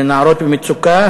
לנערות במצוקה,